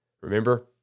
Remember